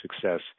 success